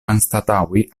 anstataŭi